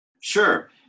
Sure